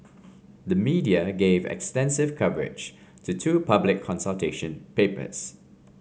the media gave extensive coverage to two public consultation papers